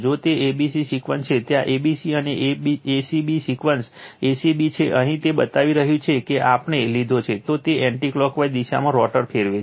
જો તે a b c sequence છે જ્યાં a b c અને a c b sequence a c b છે અહીં તે બતાવી રહ્યું છે કે આપણે લીધો છે તો તે એન્ટી ક્લોકવાઇઝ દિશામાં રોટર ફેરવે છે